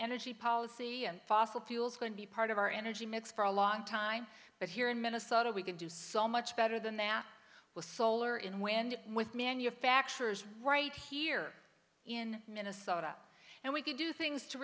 energy policy and fossil fuels going to be part of our energy mix for a long time but here in minnesota we can do so much better than that with solar in wind with manufacturers right here in minnesota and we can do things to